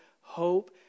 hope